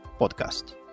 podcast